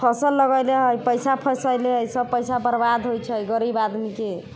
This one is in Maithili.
फसल लगेले हइ पैसा फसेले हइ सब पैसा बर्बाद होइ छै गरीब आदमीके